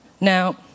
Now